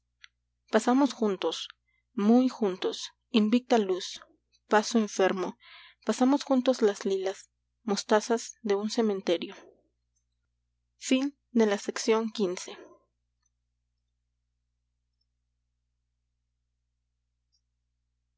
pasamos juntos muy juntos invicta luz paso enfermo pasamos juntos las lilas mostazas de un cementerio